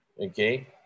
Okay